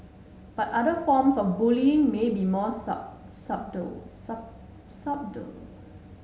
but other forms of bullying may be more subtle subtle